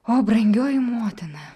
o brangioji motina